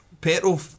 petrol